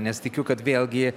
nes tikiu kad vėlgi